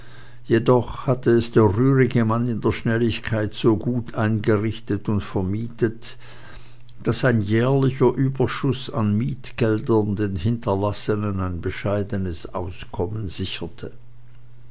jedoch hatte es der rührige mann in der schnelligkeit so gut eingerichtet und vermietet daß ein jährlicher überschuß an mietgeldern den hinterlassenen ein bescheidenes auskommen sicherte